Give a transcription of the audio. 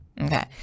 okay